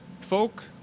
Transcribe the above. folk